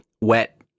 wet